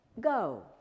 go